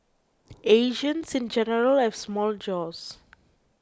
Asians in general have small jaws